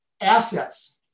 assets